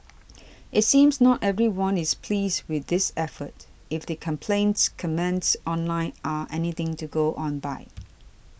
it seems not everyone is pleased with this effort if the complaints comments online are anything to go on by